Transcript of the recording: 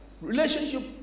relationship